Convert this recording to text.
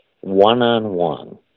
one-on-one